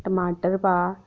टमाटर पा